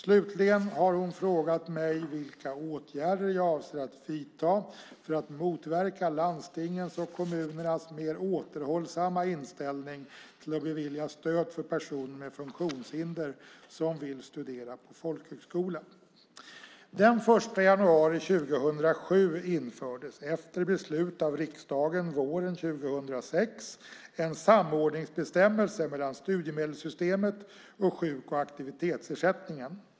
Slutligen har hon frågat mig vilka åtgärder jag avser att vidta för att motverka landstingens och kommunernas mer återhållsamma inställning till att bevilja stöd för personer med funktionshinder som vill studera på folkhögskola. Den 1 januari 2007 infördes, efter beslut av riksdagen våren 2006, en samordningsbestämmelse mellan studiemedelssystemet och sjuk och aktivitetsersättningen.